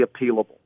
appealable